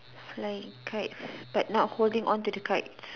flying kites but not holding onto the kites